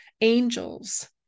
Angels